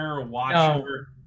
watcher